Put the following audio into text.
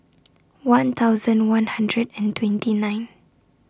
one thousand one hundred and twenty nine